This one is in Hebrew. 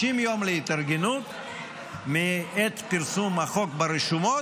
90 יום להתארגנות מעת פרסום החוק ברשומות,